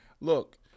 Look